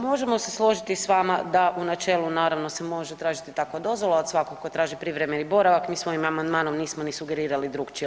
Možemo se složiti s vama da u načelu naravno se može tražiti takva dozvola od svakog tko traži privremeni boravak, mi s ovim amandmanom nismo ni sugerirali drugačije.